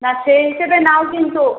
না সেই হিসেবে নাও কিন্তু